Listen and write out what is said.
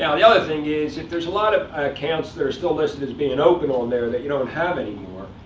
yeah the other thing is, if there's a lot of accounts that are still listed as being open on there that you don't have anymore,